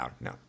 No